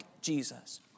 Jesus